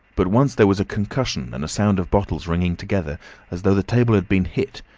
but once there was a concussion and a sound of bottles ringing together as though the table had been hit,